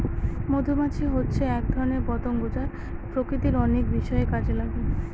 মধুমাছি হচ্ছে এক ধরনের পতঙ্গ যা প্রকৃতির অনেক বিষয়ে কাজে লাগে